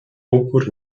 upór